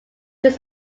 his